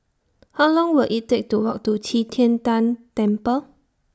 How Long Will IT Take to Walk to Qi Tian Tan Temple